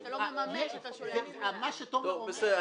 טוב, בסדר.